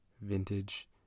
vintage